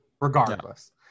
regardless